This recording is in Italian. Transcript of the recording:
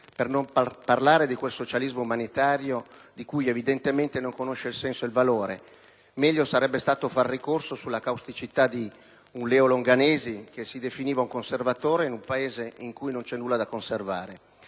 Per non parlare di quel socialismo umanitario di cui evidentemente non conosce il senso e il valore. Meglio sarebbe stato far conto sulla causticità di un Leo Longanesi, che si definiva un conservatore in un Paese in cui non c'è nulla da conservare.